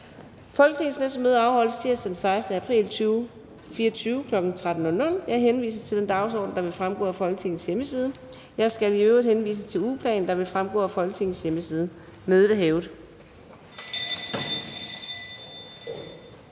Folketingets næste møde afholdes tirsdag den 16. april 2024, kl. 13.00. Jeg henviser til den dagsorden, der vil fremgå af Folketingets hjemmeside. Jeg skal i øvrigt henvise til ugeplanen, der også vil fremgå af Folketingets hjemmeside. Mødet er hævet.